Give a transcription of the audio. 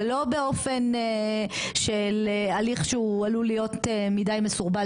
ולא באופן של הליך שהוא עלול להיות מדי מסורבל